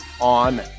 on